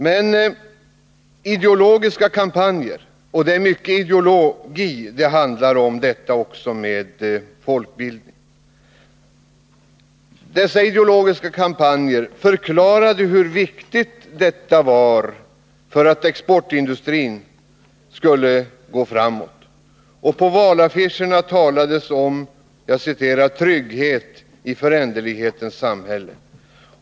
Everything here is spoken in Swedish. Men ideologiska kampanjer — och det är sådana som det handlar om mycket inom folkbildningen — förklarade hur viktigt detta var för att exportindustrin skulle gå framåt, och på valaffischerna talades om ”trygghet i föränderlighetens samhälle”.